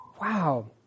wow